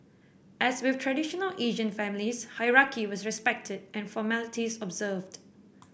as with traditional Asian families hierarchy was respected and formalities observed